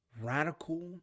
radical